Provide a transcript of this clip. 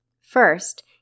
First